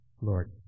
Lord